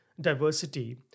diversity